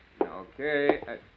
Okay